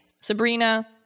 Sabrina